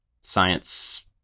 science